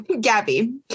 Gabby